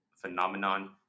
phenomenon